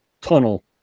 tunnel